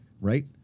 Right